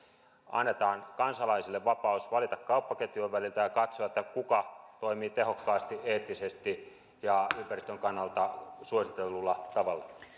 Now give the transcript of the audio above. annetaan kansalaisille vapaus valita kauppaketjujen väliltä ja katsoa kuka toimii tehokkaasti eettisesti ja ympäristön kannalta suositellulla tavalla